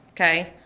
Okay